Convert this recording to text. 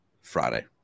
Friday